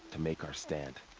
to make our stand.